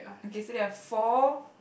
okay so there are four